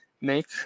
make